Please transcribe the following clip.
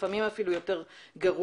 לפעמים אפילו יותר גרוע.